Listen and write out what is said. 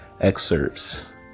excerpts